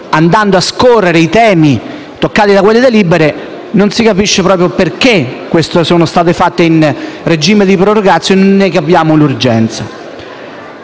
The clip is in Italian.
andando a scorrere i temi toccati da quelle delibere, non si capisce proprio perché queste siano state fatte in regime di *prorogatio*, dato che non vi era